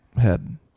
head